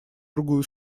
другую